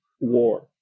war